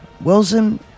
Wilson